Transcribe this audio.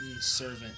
servant